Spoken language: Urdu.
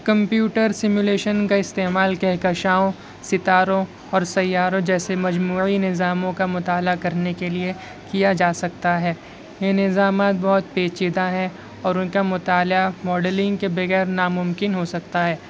کمپیوٹر کا استعمال کہکشاؤں ستاروں اور سیاروں جیسے مجموعی نظاموں کا مطالعہ کرنے کے لئے کیا جا سکتا ہے یہ نظامات بہت پیچیدہ ہیں اور ان کا مطالعہ موڈلنگ کے بغیر ناممکن ہو سکتا ہے